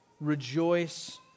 rejoice